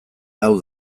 hau